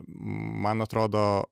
man atrodo